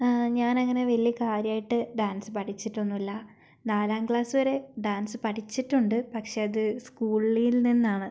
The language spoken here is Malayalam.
ഞാനങ്ങനെ വലിയ കാര്യായിട്ട് ഡാൻസ് പഠിച്ചിട്ടൊന്നുമില്ല നാലാംകളാസ്സ്വരെ ഡാൻസ് പഠിച്ചിട്ടുണ്ട് പക്ഷെ അത് സ്കൂളിൽ നിന്നാണ്